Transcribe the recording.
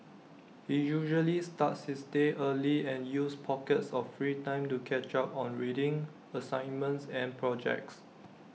he usually starts his day early and uses pockets of free time to catch up on reading assignments and projects